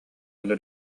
өлө